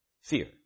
fear